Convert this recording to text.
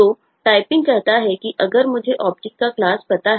तो टाइपिंग कहता है कि अगर मुझे ऑब्जेक्ट का क्लास है